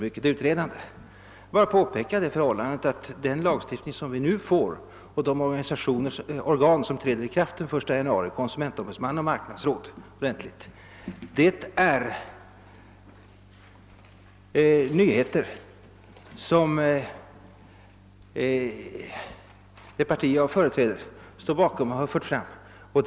Jag vill bara påpeka att den lagstiftning som träder i kraft den 1 januari och de nya organen — konsumentombudsmannen och marknadsrådet — är förstärkningar som det parti jag företräder har föreslagit.